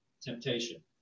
temptation